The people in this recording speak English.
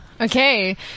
Okay